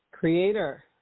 Creator